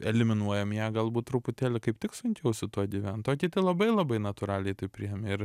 eliminuojam ją galbūt truputėlį kaip tik sunkiau su tuo gyvent o kiti labai labai natūraliai tai priėmė ir